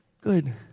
Good